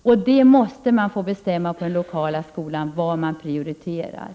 Det är den lokala skolan som måste få bestämma vad som skall prioriteras.